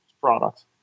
products